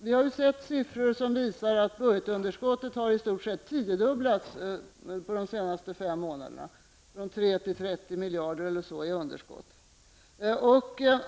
Vi har sett siffror som visar att budgetunderskottet i stort sett har tiodubblats på de senaste fem månaderna, från 3 till 30 miljarder i underskott.